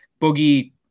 Boogie